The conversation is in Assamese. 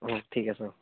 অঁ ঠিক আছে অঁ